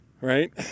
right